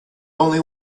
only